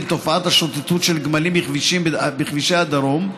תופעת השוטטות של גמלים בכבישי הדרום,